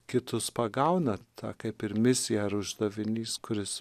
kitus pagauna ta kaip ir misija ar uždavinys kuris